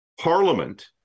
parliament